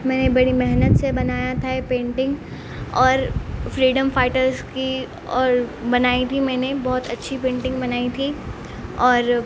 میں نے بڑی محنت سے بنایا تھا یہ پینٹنگ اور فریڈم فائٹرس کی اور بنائی تھی میں نے بہت اچھی پینٹنگ بنائی تھی اور